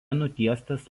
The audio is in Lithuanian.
nutiestas